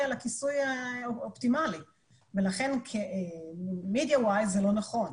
לכיסוי האופטימלי ולכן מבחינה תקשורתית זה לא נכון.